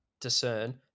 discern